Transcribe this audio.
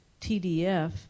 TDF